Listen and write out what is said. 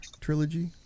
trilogy